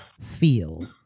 feel